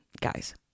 guys